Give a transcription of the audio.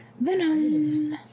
Venom